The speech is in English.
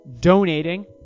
donating